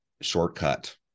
shortcut